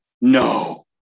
No